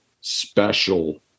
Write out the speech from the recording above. special